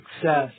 success